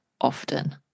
often